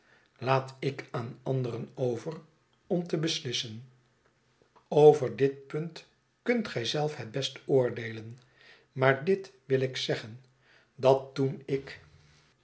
laat ik aan anderen over om te beslissen over dit punt kunt gij zelf het best oordeelen maar dit wil ik zeggen dat toen ik